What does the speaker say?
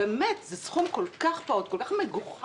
באמת, זה סכום כל כך פעוט, כל כך מגוחך,